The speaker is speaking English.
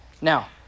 Now